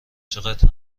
چقدر